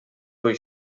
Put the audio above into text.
foi